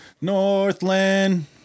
Northland